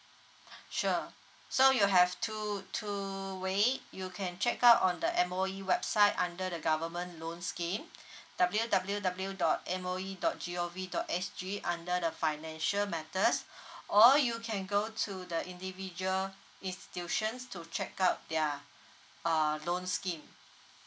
sure so you have two two way you can check out on the M_O_E website under the government loan scheme W W W dot M_O_E dot G_O_V dot S_G under the financial matters or you can go to the individual institutions to check out their uh loan scheme